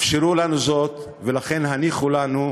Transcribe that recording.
אפשרו לנו זאת, ולכן הניחו לנו,